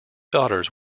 daughters